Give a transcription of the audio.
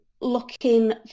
looking